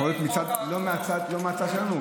לא מהצד שלנו,